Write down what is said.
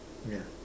ya